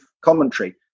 commentary